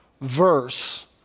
verse